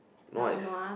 nua is